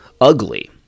ugly